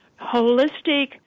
holistic